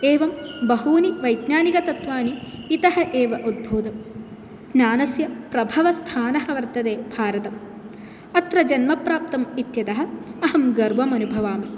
एवं बहूनि वैज्ञानिकतत्वानि इतः एव उत्भूतं ज्ञानस्य प्रभावस्थानं वर्तते भारतम् अत्र जन्मप्राप्तम् इत्यतः अहं गर्वम् अनुभवामि